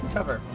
Cover